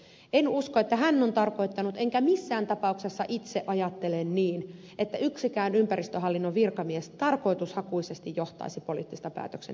en usko että hän on tarkoittanut enkä missään tapauksessa itse ajattele niin että yksikään ympäristöhallinnon virkamies tarkoitushakuisesti johtaisi poliittista päätöksentekijää harhaan